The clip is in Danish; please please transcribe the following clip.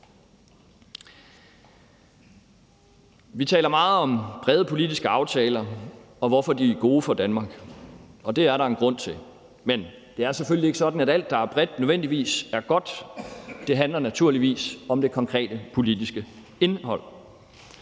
Vi taler meget om brede politiske aftaler og om, hvorfor de er gode for Danmark, og det er der en grund til. Men det er selvfølgelig ikke sådan, at alt, der er bredt, nødvendigvis er godt. Det handler naturligvis om det konkrete politiske indhold.